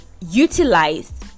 utilize